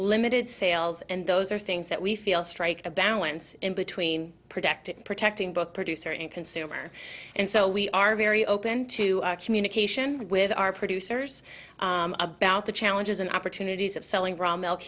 limited sales and those are things that we feel strike a balance between protecting protecting both producer and consumer and so we are very open to communication with our producers about the challenges and opportunity selling